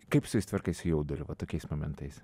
kaip susitvarkai su jauduliu va tokiais momentais